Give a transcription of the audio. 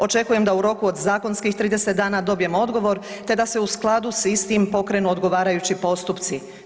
Očekujem da u roku od zakonskih 30 dana dobijem odgovor te da se u skladu sa istim pokrenu odgovarajući postupci.